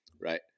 right